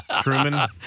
Truman